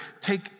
take